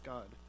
God